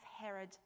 Herod